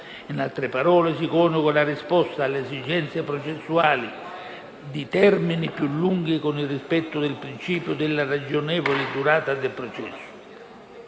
In altre parole si coniuga la risposta alle esigenze processuali di termini più lunghi con il rispetto del principio della ragionevole durata del processo.